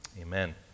Amen